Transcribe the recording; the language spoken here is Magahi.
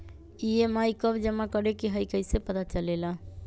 ई.एम.आई कव जमा करेके हई कैसे पता चलेला?